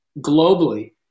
globally